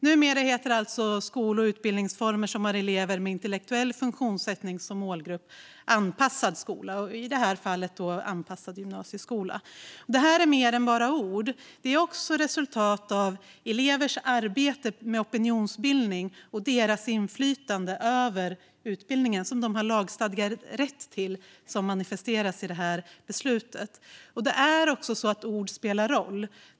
Numera heter alltså skol och utbildningsformer som har elever med intellektuell funktionsnedsättning som målgrupp anpassad skola, i det här fallet anpassad gymnasieskola. Det här är mer än bara ord. Det är också resultatet av elevers arbete med opinionsbildning och deras inflytande över utbildningen, vilket de har lagstadgad rätt till. Det manifesteras i det här beslutet. Det är också så att ord spelar roll.